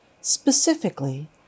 specifically